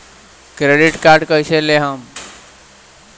Credit card कईसे लेहम?